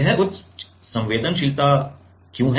यह उच्च संवेदनशीलता क्यों है